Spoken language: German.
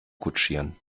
kutschieren